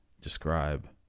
describe